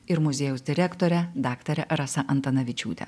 ir muziejaus direktore daktare rasa antanavičiūte